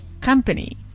company